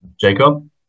Jacob